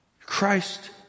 Christ